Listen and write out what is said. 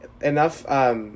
enough, –